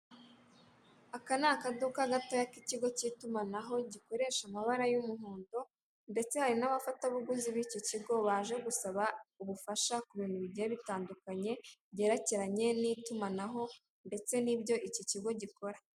Aka ni akaduka gatoya k'ikigo kitumanaho gikoresha amabara y'umuhondo ndetse hari n'abafatabuguzi bicyo kigo baje gusaba ubufasha ku bintu bigiye bitandukanye byerekeranye n'itumanaho ndetse nibyo iki kigo gikora.